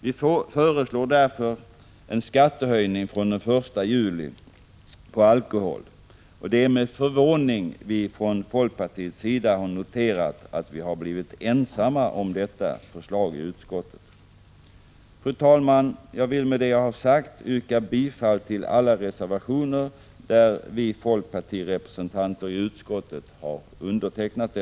Vi föreslår därför en skattehöjning på alkohol från den 1 juli, och det är med förvåning som vi i folkpartiet har noterat att vi är ensamma om detta förslag i utskottet. Fru talman! Med det anförda ber jag att få yrka bifall till alla de reservationer där folkpartiets representanter står antecknade.